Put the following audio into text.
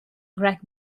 greg